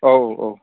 औ औ